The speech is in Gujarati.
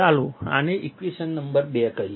ચાલો આને ઈક્વેશન નંબર 2 કહીએ